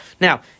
Now